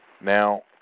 Now